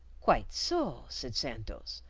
quite so, said santos.